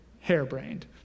Hairbrained